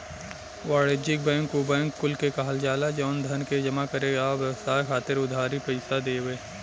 वाणिज्यिक बैंक उ बैंक कुल के कहल जाला जवन धन के जमा करे आ व्यवसाय खातिर उधारी पईसा देवे